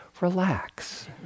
relax